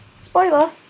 Spoiler